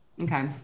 okay